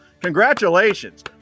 Congratulations